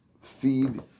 feed